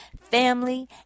family